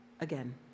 again